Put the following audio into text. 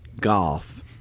golf